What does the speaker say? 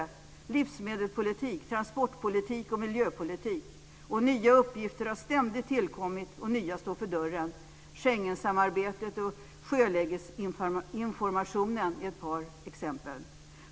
Vidare har vi livsmedelspolitik, transportpolitik och miljöpolitik. Nya uppgifter har tillkommit, och fler nya står för dörren. Schengensamarbetet och sjölägesinformationen är ett par exempel.